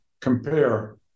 compare